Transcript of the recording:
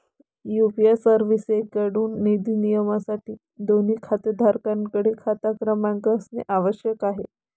UPI सर्व्हिसेसएकडून निधी नियमनासाठी, दोन्ही खातेधारकांकडे खाता क्रमांक असणे आवश्यक आहे